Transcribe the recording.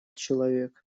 человек